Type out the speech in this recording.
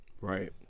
Right